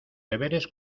deberes